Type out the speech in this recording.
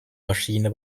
maschine